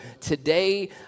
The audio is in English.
today